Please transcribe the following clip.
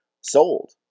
sold